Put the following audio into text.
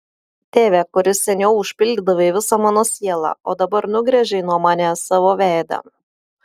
tėve kuris seniau užpildydavai visą mano sielą o dabar nugręžei nuo manęs savo veidą